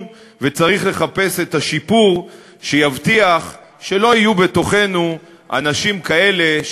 וצריך לחפש את השיפור שיבטיח שלא יהיו בתוכנו אנשים כאלה,